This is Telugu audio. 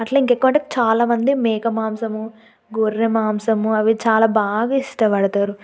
అట్ల ఇంక ఎక్కువంటే చాలా మంది మేక మాంసము గొర్రె మాంసము అవి చాలా బాగా ఇష్టపడుతారు